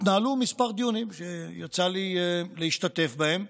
התנהלו כמה דיונים שיצא לי להשתתף בהם,